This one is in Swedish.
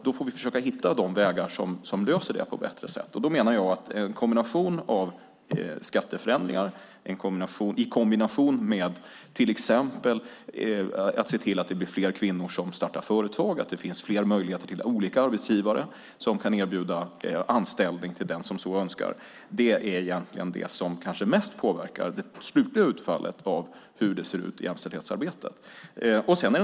Då får vi försöka hitta de vägar som löser det på ett bättre sätt, och jag menar att en kombination av skatteförändringar i kombination med till exempel att se till att det blir fler kvinnor som startar företag, att det finns fler möjligheter till olika arbetsgivare som kan erbjuda anställning till den som så önskar egentligen är det som mest påverkar det slutliga utfallet av hur det ser ut i jämställdhetsarbetet.